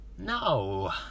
No